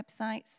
websites